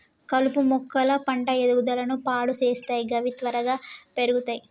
కలుపు మొక్కలు పంట ఎదుగుదలను పాడు సేత్తయ్ గవి త్వరగా పెర్గుతయ్